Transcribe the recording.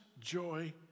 joy